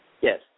Yes